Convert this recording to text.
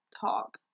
talk